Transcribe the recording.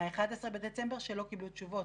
מה-11 בדצמבר שלא קיבלו תשובות.